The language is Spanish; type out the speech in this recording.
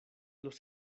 los